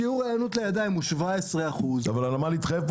שיעור ההיענות הוא 17%- -- אבל הנמל התחייב.